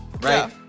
Right